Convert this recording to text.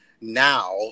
now